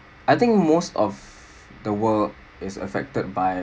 I think most of the world is affected by